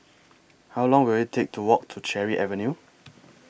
How Long Will IT Take to Walk to Cherry Avenue